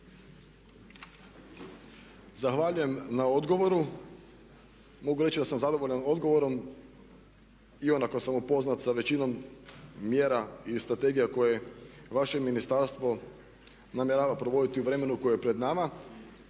Zahvaljujem na odgovoru. Mogu reći da sam zadovoljan odgovorom iako sam upoznat sa većinom mjera i strategija koje vaše ministarstvo namjerava provoditi u vremenu koje je pred nama.